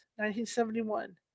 1971